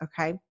Okay